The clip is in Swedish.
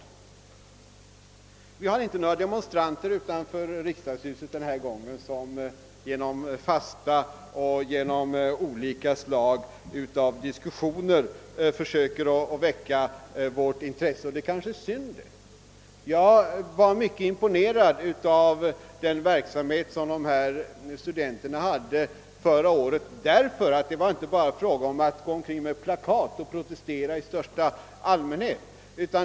Denna gång finns det inte demonst ranter utanför riksdagshuset, som genom veckolång fasta och diskussioner försöker väcka vårt intresse för denna fråga. Det är kanske synd, ty förra gången blev jag mycket imponerad av studenternas aktivitet i det fallet. De gick inte bara omkring med plakat och protesterade i största allmänhet.